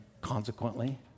consequently